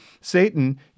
Satan